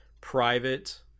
private